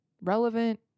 relevant